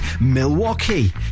Milwaukee